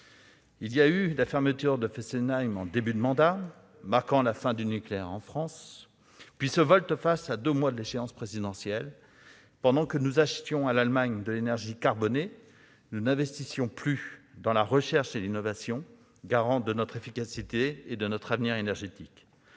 Je pense à la fermeture de Fessenheim en début de mandat, qui a marqué la fin du nucléaire en France, puis à cette volte-face à deux mois de l'échéance présidentielle. Pendant que nous achetions de l'énergie carbonée à l'Allemagne, nous n'investissions plus dans la recherche et l'innovation, pourtant garantes de notre efficacité et de notre avenir énergétique.